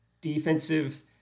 defensive